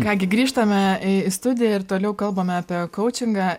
ką gi grįžtame į studiją ir toliau kalbame apie kaučingą